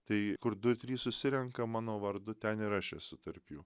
tai kur du trys susirenka mano vardu ten ir aš esu tarp jų